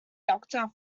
doctor